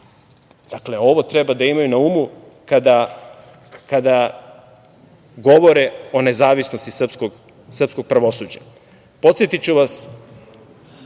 Dakle, ovo treba da imaju na umu kada govore o nezavisnosti srpskog pravosuđa. Podsetiću vas,